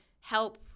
help